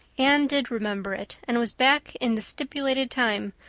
anne did remember it and was back in the stipulated time,